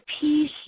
peace